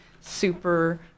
super